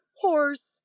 horse